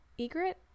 egret